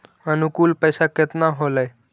अनुकुल पैसा केतना होलय